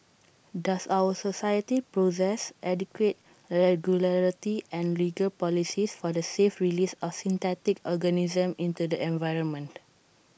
does our society possess adequate regulatory and legal policies for the safe release of synthetic organisms into the environment